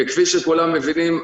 וכפי שכולם מבינים,